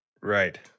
Right